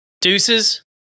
Deuces